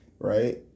Right